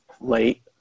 late